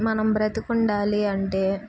మనం బ్రతుకుండాలి అంటే